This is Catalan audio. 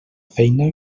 feina